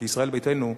ישראל ביתנו,